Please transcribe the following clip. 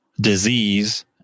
disease